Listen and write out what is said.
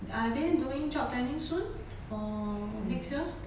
are they doing job planning soon for next year